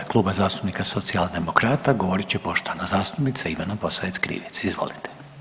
U ime Kluba zastupnika Socijaldemokrata govorit će poštovana zastupnica Ivana Posavec Krivec, izvolite.